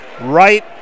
right